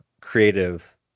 creative